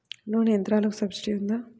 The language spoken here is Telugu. నూనె యంత్రాలకు సబ్సిడీ ఉందా?